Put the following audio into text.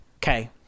Okay